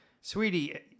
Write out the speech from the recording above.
sweetie